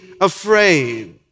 afraid